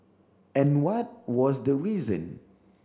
and what was the reason